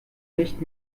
nicht